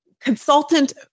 consultant